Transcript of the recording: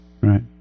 right